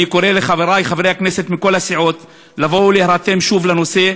אני קורא לחברי הכנסת מכל הסיעות להירתם שוב לנושא,